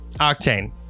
Octane